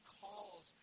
calls